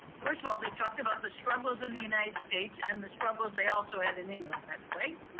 first of all, they talked about the struggles in the united states and the struggles they also had in england, by the way,